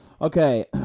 Okay